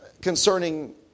concerning